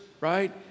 right